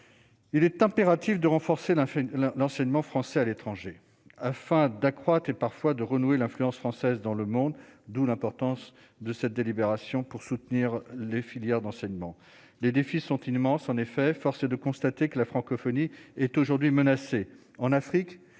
Il est impératif de renforcer la fait la l'enseignement français à l'étranger afin d'accroître et parfois de renouer l'influence française dans le monde, d'où l'importance de cette délibération pour soutenir les filières d'enseignement, les défis sont immenses, en effet, force est de constater que la francophonie est aujourd'hui menacée en Afrique